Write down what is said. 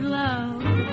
love